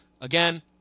again